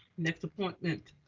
next appointment,